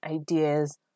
ideas